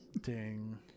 ding